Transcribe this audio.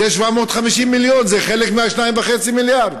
זה 750 מיליון, זה חלק מה-2.5 מיליארד.